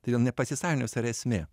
todėl nepasisavinimas yra esmė